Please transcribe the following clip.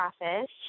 office